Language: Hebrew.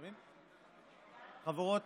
חברות